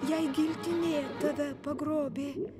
jei giltinė tave pagrobė